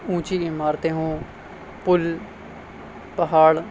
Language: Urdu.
اونچی عمارتیں ہوں پل پہاڑ